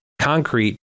concrete